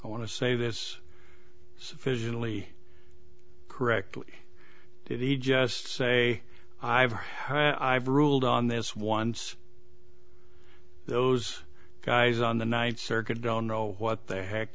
i want to say this sufficiently correctly did he just say i've i've ruled on this once those guys on the ninth circuit don't know what the heck